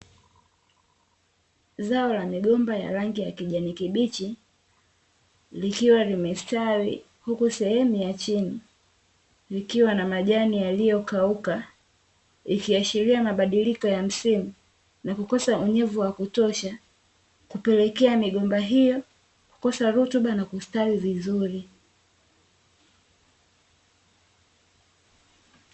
Zao la migomba ya rangi ya kijani kibichi, likiwa limestawi huku sehemu ya chini likiwa na majani yaliyokauka ikiashiria mabadiliko ya msimu na kukosa unyevu wa kutosha kupelekea migomba hiyo kukosa rutuba na kustawi vizuri.